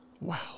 wow